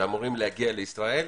שאמורים להגיע לישראל,